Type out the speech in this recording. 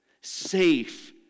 safe